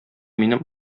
минем